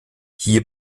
hier